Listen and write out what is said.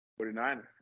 49ers